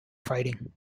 fighting